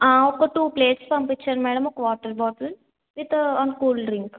ఆ ఒక two plates పంపించండి మేడం ఒక water bottle with one cool drink